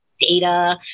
data